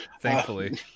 Thankfully